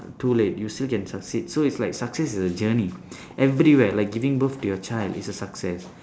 too late you still can succeed so it's like success is a journey everywhere like giving birth to your child it's a success